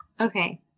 Okay